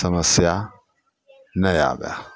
समस्या नहि आबै